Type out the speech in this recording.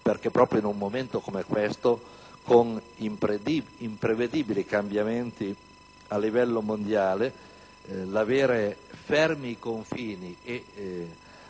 perché proprio in un momento come questo, con imprevedibili cambiamenti a livello mondiale, l'aver fermi i confini e